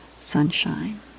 sunshine